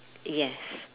yes